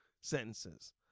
sentences